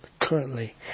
Currently